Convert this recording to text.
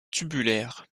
tubulaire